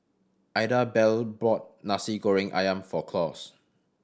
Idabelle bought Nasi Goreng Ayam for Claus